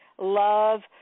Love